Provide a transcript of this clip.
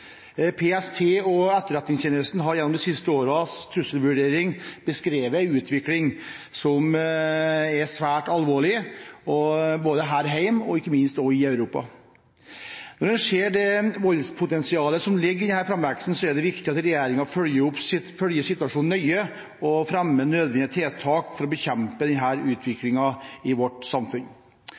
PST og Etterretningstjenesten har gjennom de siste årenes trusselvurdering beskrevet en utvikling som er svært alvorlig både her hjemme og – ikke minst – ute i Europa. Når en ser det voldspotensialet som ligger i denne framveksten, er det viktig at regjeringen følger situasjonen nøye og fremmer nødvendige tiltak for å bekjempe denne utviklingen i vårt samfunn.